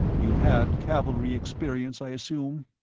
you've had cavalry experience, i assume.